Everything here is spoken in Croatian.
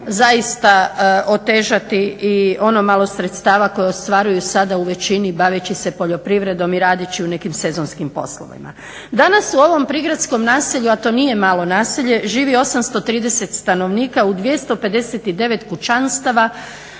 zaista otežati i ono malo sredstava koje ostvaruju sada u većini baveći se poljoprivredi i radeći u nekim sezonskim poslovima. Danas u ovom prigradskom naselju, a to nije malo naselje, živi 830 stanovnika u 259 kućanstava,